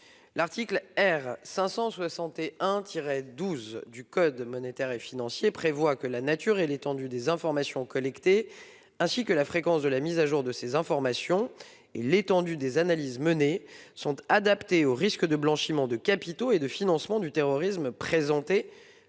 L'article R. 561-12 du code monétaire et financier prévoit en outre que « la nature et l'étendue des informations collectées ainsi que la fréquence de la mise à jour de ces informations et l'étendue des analyses menées sont adaptés au risque de blanchiment de capitaux et de financement du terrorisme présenté